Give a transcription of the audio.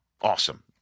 awesome